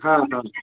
हां हां